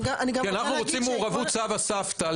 כי אנחנו רוצים מעורבות סבא סבתא.